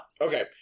Okay